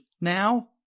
now